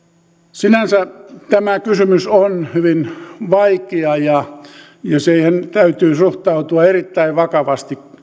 sinänsä tämä kysymys on hyvin vaikea ja ja siihen täytyy suhtautua erittäin vakavasti